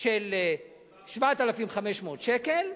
של 7,500 שקל,